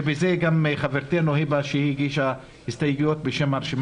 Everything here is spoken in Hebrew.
וגם חברתנו היבא שהגישה הסתייגויות בשם הרשימה